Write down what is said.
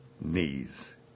knees